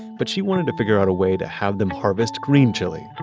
but she wanted to figure out a way to have them harvest green chili.